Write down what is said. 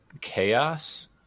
chaos